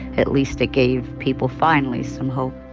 at least it gave people, finally, some hope